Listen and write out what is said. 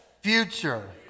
future